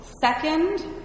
second